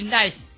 nice